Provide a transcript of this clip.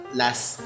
last